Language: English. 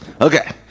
okay